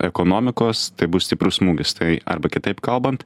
ekonomikos tai bus stiprus smūgis tai arba kitaip kalbant